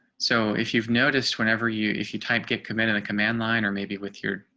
so if you've noticed whenever you if you type get committed a command line or maybe with your,